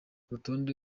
urutonde